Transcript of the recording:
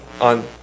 on